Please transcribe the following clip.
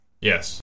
Yes